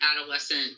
adolescent